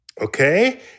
okay